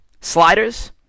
sliders